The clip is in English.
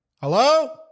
hello